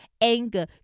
anger